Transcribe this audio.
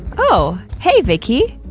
oh, hey vicky!